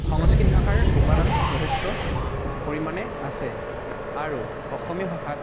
সংস্কৃত ভাষাৰ উপাদান যথেষ্ট পৰিমাণে আছে আৰু অসমীয়া ভাষাত